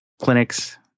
clinics